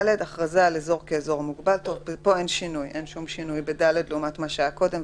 (ד)הכרזה על אזור מוגבל בשל הכרח בהגבלת הכניסה אליו או היציאה ממנו,